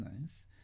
nice